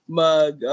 mag